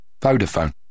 Vodafone